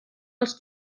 els